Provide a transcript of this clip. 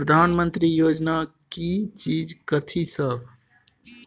प्रधानमंत्री योजना की चीज कथि सब?